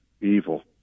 evil